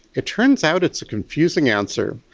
it turns out it's a confusing answer.